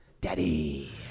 Daddy